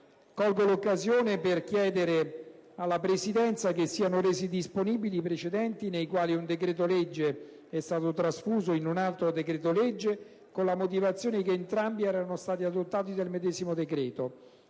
Colgo l'occasione per chiedere alla Presidenza che siano resi disponibili i precedenti relativi ai casi nei quali un decreto-legge è stato trasfuso in un altro decreto-legge, con la motivazione che entrambi erano stati adottati dal medesimo Ministero;